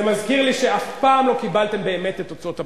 זה מזכיר לי שאף פעם לא קיבלתם באמת את תוצאות הבחירות,